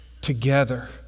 together